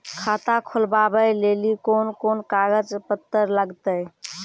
खाता खोलबाबय लेली कोंन कोंन कागज पत्तर लगतै?